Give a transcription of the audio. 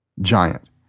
Giant